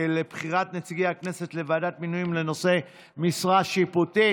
בחירת נציגי הכנסת לוועדת מינויים לנושא משרה שיפוטית.